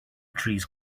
trees